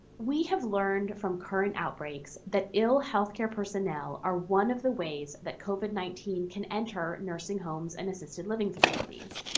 we have learned from current outbreaks that ill healthcare personnel is one of the ways that covid nineteen can enter nursing home and assisted living facilities.